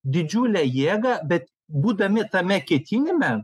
didžiulę jėgą bet būdami tame ketinime